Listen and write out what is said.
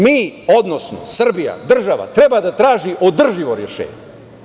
Mi, odnosno Srbija država, treba da traži održivo rešenje.